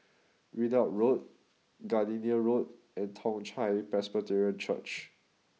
Ridout Road Gardenia Road and Toong Chai Presbyterian Church